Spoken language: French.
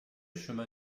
chemin